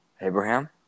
Abraham